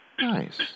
Nice